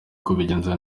kubigerageza